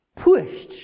pushed